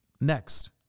Next